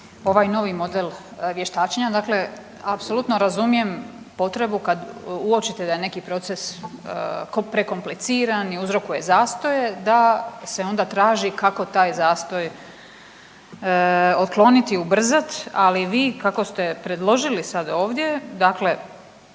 ovaj novi model vještačenja. Dakle, apsolutno razumijem potrebu kad uočite da je neki proces prekompliciran i uzrokuje zastoje, da se onda traži kako taj zastoj otkloniti, ubrzati. Ali vi kako ste predložili sad ovdje, dakle